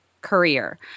career